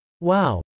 Wow